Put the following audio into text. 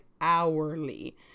hourly